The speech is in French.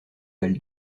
val